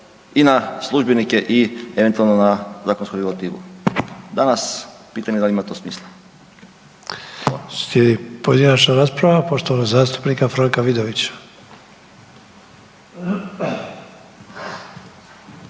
i na službenike i eventualno na zakonsku regulativu. Danas pitanje da li ima to smisla.